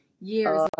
years